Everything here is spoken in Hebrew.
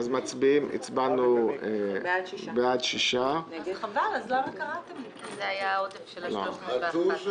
הצבעה בעד ההצעה פה אחד ההצעה לעברת עודפי